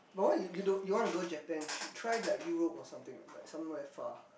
but why you you don't you want to go Japan trip try like Europe or something like like somewhere far